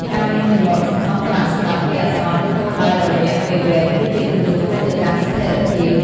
ការមានទម្លាប់សន្សំប្រាក់សម្រាប់គ្រាអាសន្ន និងគោលដៅរយៈពេលវែង គឺជាគន្លឹះឆ្ពោះទៅកាន់ស្ថិរភាព។